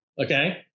okay